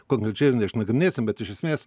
konkrečiai ir neišnagrinėsim bet iš esmės